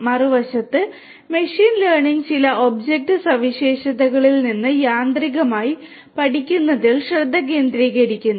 മറുവശത്ത് machine learning ചില object സവിശേഷതകളിൽ നിന്ന് യാന്ത്രികമായി പഠിക്കുന്നതിൽ ശ്രദ്ധ കേന്ദ്രീകരിക്കുന്നു